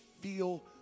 feel